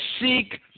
seek